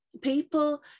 people